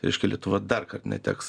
reiškia lietuva dar kart neteks